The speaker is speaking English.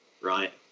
right